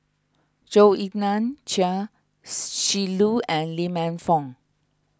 Zhou Ying Nan Chia Shi Lu and Lee Man Fong